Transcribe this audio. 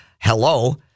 Hello